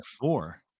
four